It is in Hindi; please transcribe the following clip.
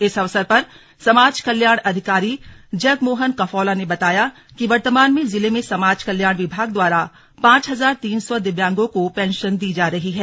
इस अवसर पर समाज कल्याण अधिकारी जग मोहन कफौला ने बताया कि वर्तमान में जिले में समाज कल्याण विभाग द्वारा पांच हजार तीन सौ दिव्यांगों को पेंशन दी जा रही है